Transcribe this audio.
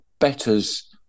betters